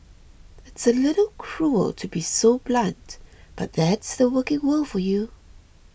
it's a little cruel to be so blunt but that's the working world for you